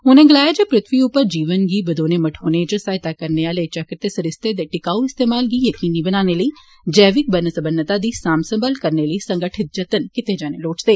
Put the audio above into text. उनें गलाया जे पृथ्वी उप्पर जीवन गी बदोने मठोने च सहायता करने आले चक्र सरिस्ते दे टिकाऊ इस्तेमाल गी जकीनी बनाने लेई जैविक बन्नसबनता दी सांभ संभाल करने लेई संगठित जतन कीते जाने लोड़चदे